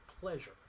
pleasure